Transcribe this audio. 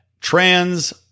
trans